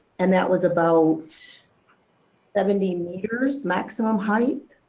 and that was about seventy meters maximum height.